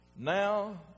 Now